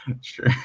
Sure